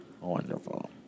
wonderful